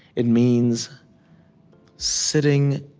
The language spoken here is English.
it means sitting